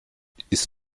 isst